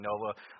Nova